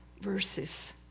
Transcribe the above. verses